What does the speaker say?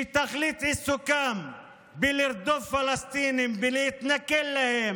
שתכלית עיסוקם לרדוף פלסטינים ולהתנכל להם,